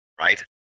right